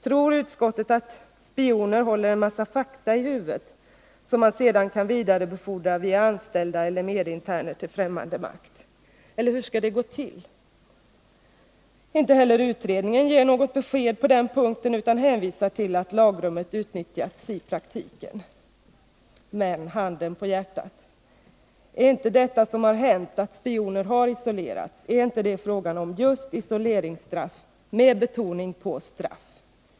Tror utskottet att spionen håller en mängd fakta i huvudet, som han sedan vidarebefordrar via anställda eller medinterner till ftämmande makt? Eller hur skall det gå till? Inte heller utredningen ger något besked på den punkten, utan hänvisar till att lagrummet utnyttjats i praktiken. Men — handen på hjärtat — är inte detta som har hänt, dvs. att spioner isolerats, en fråga om just isoleringsstraff, med betoning på straff?